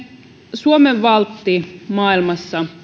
suomen valtti maailmassa